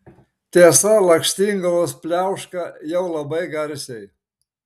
tiesa lakštingalos pliauška jau labai garsiai